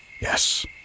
Yes